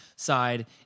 side